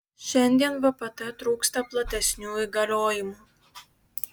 šiandien vpt trūksta platesnių įgaliojimų